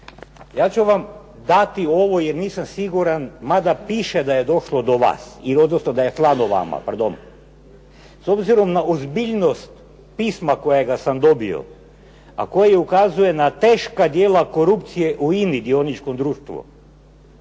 ja ću vam dati ovo jer nisam siguran, mada piše da je došlo do vas ili odnosno da je slano vama, pardon, s obzirom na ozbiljnost pisma kojega sam dobio, a koje ukazuje na teška djela korupcije u INI d.d., ja ću vam